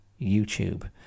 youtube